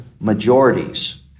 majorities